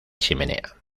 chimenea